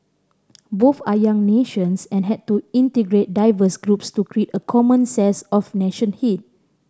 both are young nations and had to integrate diverse groups to create a common sense of